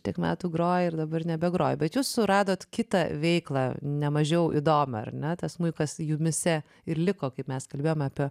tiek metų grojai ir dabar nebegroji bet jūs suradote kitą veiklą ne mažiau įdomią ar ne tas smuikas jumyse ir liko kaip mes kalbėjom apie